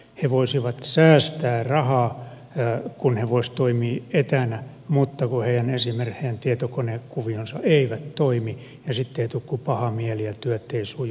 he voisivat säästää rahaa kun he voisivat toimia etänä mutta kun esimerkiksi heidän tietokonekuvionsa eivät toimi niin sitten ei tule kuin paha mieli ja työt eivät suju